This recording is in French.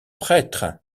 prêtre